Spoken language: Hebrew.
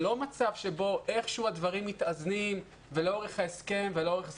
לא מצב שבו איכשהו הדברים מתאזנים ולאורך ההסכם ולאורך זמן,